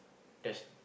test